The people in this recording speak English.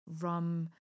rum